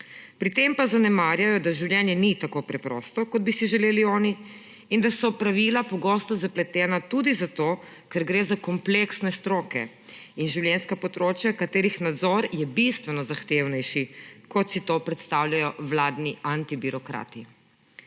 Pri tem pa zanemarjajo, da življenje ni tako preprosto, kot bi si želeli oni, in da so pravila pogosto zapletena tudi zato, ker gre za kompleksne stroke in življenjska področja, katerih nadzor je bistveno zahtevnejši, kot si to predstavljajo vladni antibirokrati.